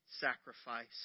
Sacrifice